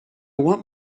want